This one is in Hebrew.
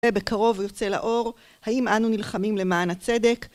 ובקרוב הוא יוצא לאור, האם אנו נלחמים למען הצדק?